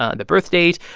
ah and the birth date,